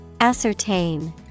Ascertain